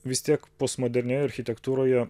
vis tiek postmoderniojoje architektūroje